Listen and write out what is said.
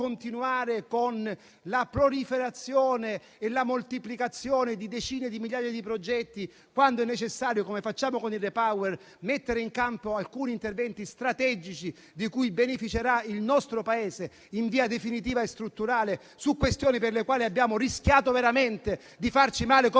con la proliferazione e la moltiplicazione di decine di migliaia di progetti, quando è necessario, come facciamo con il REPowerEU, mettere in campo alcuni interventi strategici di cui beneficerà il nostro Paese in via definitiva e strutturale su questioni per le quali abbiamo rischiato veramente di farci male, come